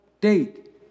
date